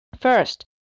First